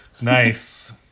nice